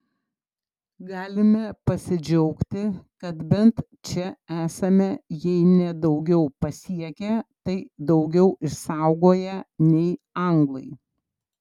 galime pasidžiaugti kad bent čia esame jei ne daugiau pasiekę tai daugiau išsaugoję nei anglai